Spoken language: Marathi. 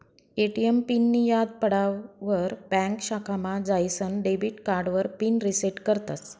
ए.टी.एम पिननीं याद पडावर ब्यांक शाखामा जाईसन डेबिट कार्डावर पिन रिसेट करतस